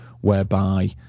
whereby